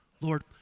Lord